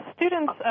students